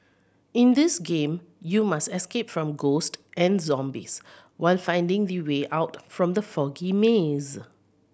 in this game you must escape from ghost and zombies while finding the way out from the foggy maze